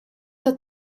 tat